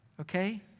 okay